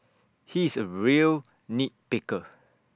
he is A real nit picker